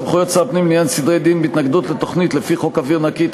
סמכויות שר הפנים לעניין סדרי דין בהתנגדות לתוכנית לפי חוק אוויר נקי,